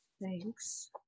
Thanks